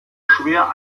schwer